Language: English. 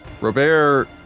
Robert